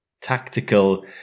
tactical